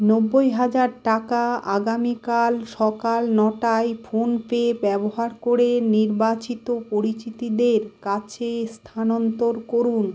নব্বই হাজার টাকা আগামীকাল সকাল নটায় ফোনপে ব্যবহার করে নির্বাচিত পরিচিতদের কাছে স্থানান্তর করুন